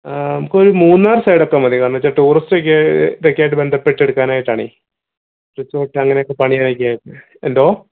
ആ നമുക്കൊരു മൂന്നാർ സൈഡൊക്കെ മതി കാരണം വെച്ചാൽ ടൂറിസ്റ്റ് ഒക്കെ ഇതൊക്കെ ആയിട്ട് ബന്ധപ്പെറ്റ എടുക്കാനായിട്ടാണെ റിസോർട്ട് അങ്ങനെയൊക്കെ പണിയാനായിട്ട് ആയിരുന്നെ എന്തോ